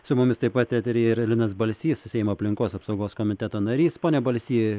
su mumis taip pat eteryje yra linas balsys seimo aplinkos apsaugos komiteto narys pone balsy